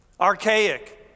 archaic